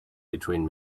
between